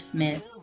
Smith